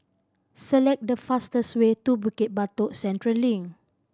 select the fastest way to Bukit Batok Central Link